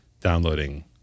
downloading